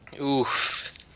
Oof